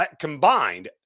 combined